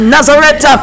Nazareth